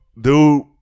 dude